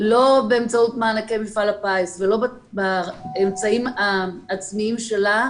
לא באמצעות מענקי מפעל הפיס ולא באמצעים העצמיים שלה,